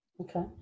Okay